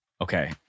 Okay